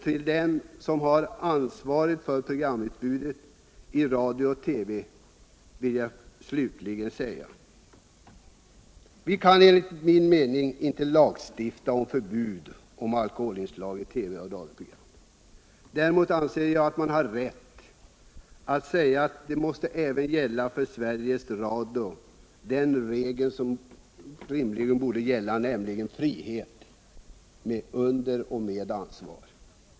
Till dem som är ansvariga för programutbudet i radio och TV vill jag slutligen säga: Vi kan enligt min mening inte lagstifta om förbud mot alkoholinslag i TV och radioprogrammen. Däremot anser jag att man har rätt att kräva att även för Sveriges Radio måste gälla regeln ”Frihet under ansvar”.